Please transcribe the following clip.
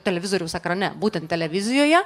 televizoriaus ekrane būtent televizijoje